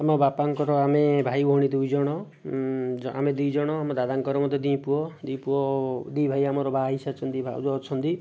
ଆମ ବାପାଙ୍କର ଆମେ ଭାଇ ଭଉଣୀ ଦୁଇଜଣ ଆମେ ଦୁଇଜଣ ଆମ ଦାଦାଙ୍କର ମଧ୍ୟ ଦୁଇ ପୁଅ ଦୁଇ ପୁଅ ଦୁଇ ଭାଇ ଆମର ବାହା ହୋଇସାରିଛନ୍ତି ଭାଉଜ ଅଛନ୍ତି